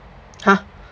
!huh!